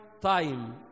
time